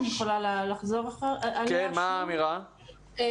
אני יכולה לחזור עליה שוב.